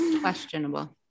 Questionable